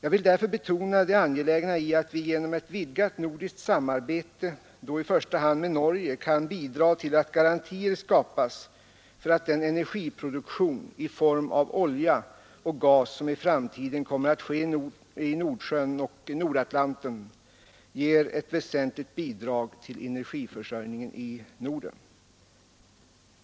Jag vill därför betona det angelägna i att vi genom ett vidgat nordiskt samarbete, då i första hand med Norge, kan bidra till att garantier skapas för att den energiproduktion i form av olja och gas som i framtiden kommer att ske i Nordsjön och Nordatlanten ger ett väsenligt bidrag till energiförsörjningen i Norden.